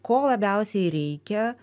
ko labiausiai reikia